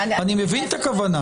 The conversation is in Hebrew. אני מבין את הכוונה.